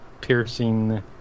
piercing